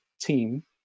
team